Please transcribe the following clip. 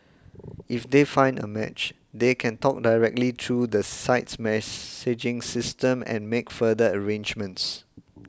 if they find a match they can talk directly through the site's messaging system and make further arrangements